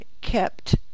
kept